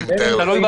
אני מתאר לעצמי.